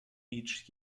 each